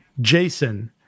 Jason